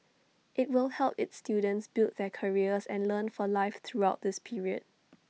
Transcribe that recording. IT will help its students build their careers and learn for life throughout this period